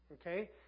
okay